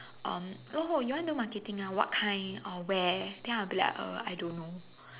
um oh you want do marketing ah what kind where then I will be like uh I don't know